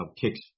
kicks